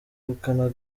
ubukana